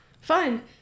Fine